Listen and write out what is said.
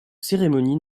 cérémonie